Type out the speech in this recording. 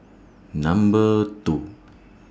Number two